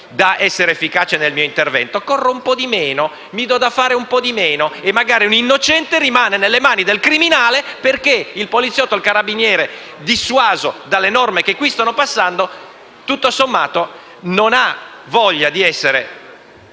ed efficace nel mio intervento. Corro un po' più lentamente, mi do da fare un po' di meno e magari un innocente rimane nelle mani del criminale, perché il poliziotto o il carabiniere, dissuaso dalle norme che qui stanno passando, tutto sommato, non ha voglia di essere